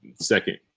second